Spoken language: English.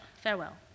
Farewell